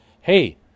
hey